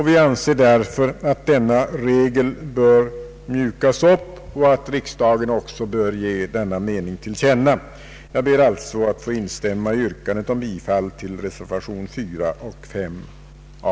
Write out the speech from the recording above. Vi anser därför att regeln bör mjukas upp och att riksdagen bör ge denna mening till känna. Herr talman! Jag ber alltså att få instämma i yrkandet om bifall till reservationerna 4 och 5 a.